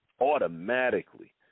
Automatically